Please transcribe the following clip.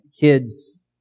kids